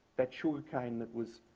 that sugarcane that was